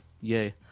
yay